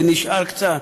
ונשאר קצת?